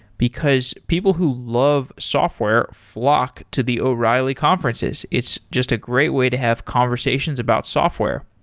because people who love software flock to the o'reilly conferences. it's just a great way to have conversations about software.